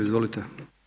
Izvolite.